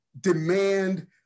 demand